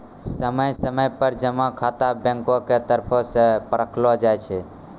समय समय पर जमा खाता बैंको के तरफो से परखलो जाय छै